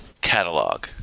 catalog